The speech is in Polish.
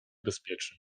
bezpieczny